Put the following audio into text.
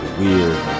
weird